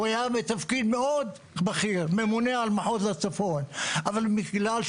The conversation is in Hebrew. הוא היה בתפקיד מאוד בכיר: ממונה על מחוז הצפון.